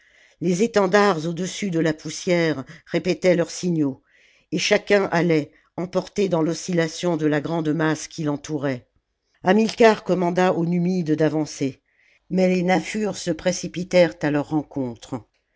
les étendards au-dessus de la poussière répétaient leurs signaux et chacun allait emporté dans l'oscillation de la grande masse qui l'entourait hamilcar commanda aux numides d'avancer mais les naffur se précipitèrent à leur rencontre